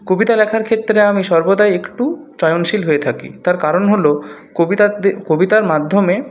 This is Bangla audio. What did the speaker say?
কবিতা লেখার ক্ষেত্রে আমি সর্বদাই একটু চয়নশীল হয়ে থাকি তার কারণ হলো কবিতাদের কবিতার মাধ্যমে